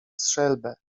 strzelbę